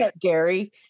Gary